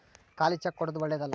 ಖಾಲಿ ಚೆಕ್ ಕೊಡೊದು ಓಳ್ಳೆದಲ್ಲ